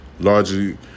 largely